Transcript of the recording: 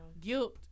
Guilt